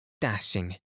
dashing